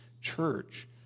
church